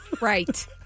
Right